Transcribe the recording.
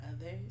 others